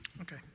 Okay